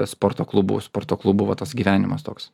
sporto klubų sporto klubų va tas gyvenimas toks